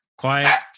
quiet